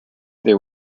they